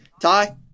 Ty